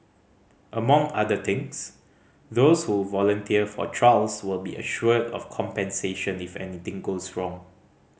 among other things those who volunteer for trials will be assured of compensation if anything goes wrong